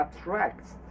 attracts